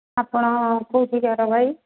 ଆପଣ କେଉଁଠିକାର ଭାଇ